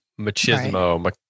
machismo